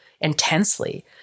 intensely